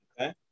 okay